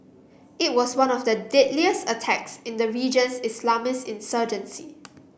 it was one of the deadliest attacks in the region's Islamist insurgency